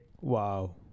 Wow